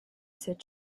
cette